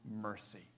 Mercy